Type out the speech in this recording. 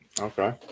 Okay